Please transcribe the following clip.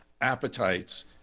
appetites